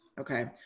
Okay